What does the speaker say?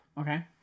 okay